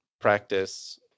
practice